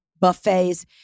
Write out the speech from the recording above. buffets